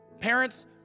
Parents